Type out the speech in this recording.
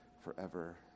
forever